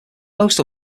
most